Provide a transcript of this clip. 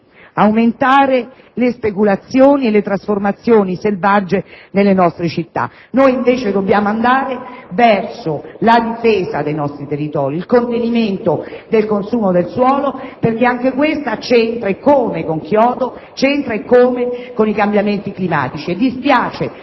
aumentare le speculazioni e le trasformazioni selvagge nelle nostre città. Noi invece dobbiamo procedere alla difesa dei nostri territori, al contenimento del consumo del suolo, perché anche questi c'entrano, eccome, con il Protocollo di Kyoto e i cambiamenti climatici.